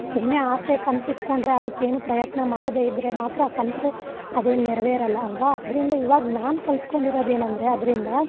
ಸುಮ್ಮನೆ ಆಸೆ ಕನಸಿಟ್ಕೊಂಡ್ರೆ ಅದಕ್ಕೇನು ಪ್ರಯತ್ನ ಮಾಡದೇ ಇದ್ದರೆ ಮಾತ್ರ ಆ ಕನಸು ಅದೇನು ನೆರವೇರೋಲ್ಲ ಅಲ್ವ ಅದರಿಂದ ಇವಾಗ ನಾನು ಕಲ್ತ್ಕೊಂಡಿರೋದೇನೆಂದ್ರೆ ಅದರಿಂದ